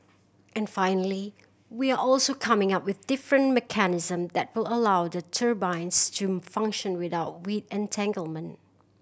and finally we're also coming up with different mechanism that will allow the turbines to function without weed entanglement